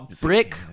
brick